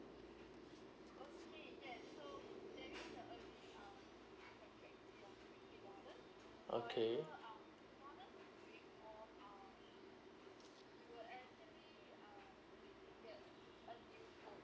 okay